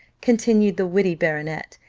continued the witty baronet,